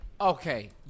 okay